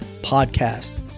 podcast